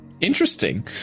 Interesting